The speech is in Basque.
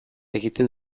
egiten